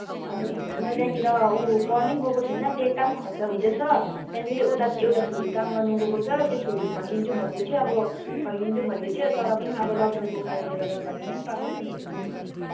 अन्त अन्त त्यहाँदेखि त ऊ पढ्नै गएको छैन त्यता पनि खर्च हुँदैछ त्यहाँदेखि फेरि उता एउटा छोरी काम गर्नु गएको छ त्यो छोरी फर्किन्छु भन्दै थियो अब फर्किन्छु भन्दै थियो तर पनि अब लकडाउनको कारणले गर्दा फर्किनु पनि पाएकै छैन त्यो छोरी त